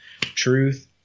truth